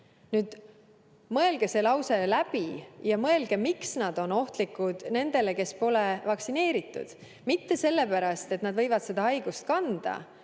Mõelge see lause läbi ja mõelge, miks nad on ohtlikud nendele, kes pole vaktsineeritud! Mitte sellepärast, et nad võivad seda haigust kanda,